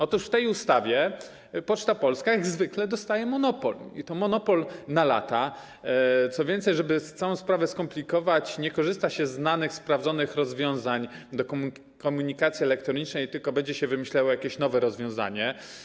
Otóż w tej ustawie Poczta Polska jak zwykle dostaje monopol i to monopol na lata, co więcej, żeby całą sprawę skomplikować, nie korzysta się ze znanych, sprawdzonych rozwiązań w komunikacji elektronicznej, tylko będzie się wymyślało jakieś nowe rozwiązanie.